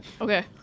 Okay